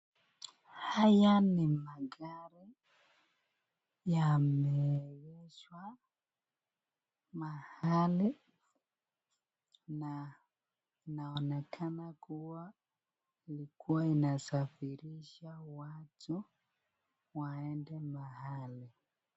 Haya ni magari yameegeshwa mahali, na inaonekana kuwa ilikuwa inasafirisha watu waende mahali.